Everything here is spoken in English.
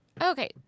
Okay